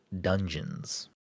dungeons